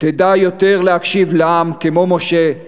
תדע יותר להקשיב לעם, כמו משה,